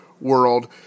world